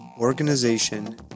organization